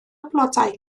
blodau